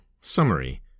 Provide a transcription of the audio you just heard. Summary